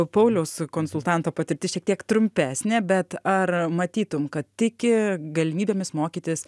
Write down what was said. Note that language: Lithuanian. pauliaus konsultanto patirtis šiek tiek trumpesnė bet ar matytum kad tiki galimybėmis mokytis